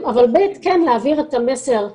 אבל, (ב) כן להעביר את המסר לממשלה,